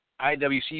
IWC